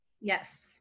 Yes